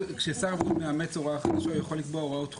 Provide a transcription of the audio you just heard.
כששר הבריאות מאמץ הוראה חדשה הוא יכול לקבוע הוראות תחולה.